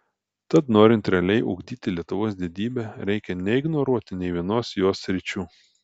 tad norint realiai ugdyti lietuvos didybę reikia neignoruoti nei vienos jos sričių